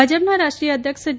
ભાજપના રાષ્ટ્રીય અધ્યક્ષ જે